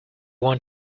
want